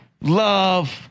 love